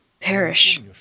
perish